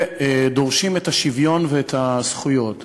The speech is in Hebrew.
ודורשים את השוויון ואת הזכויות.